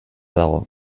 dago